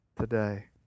today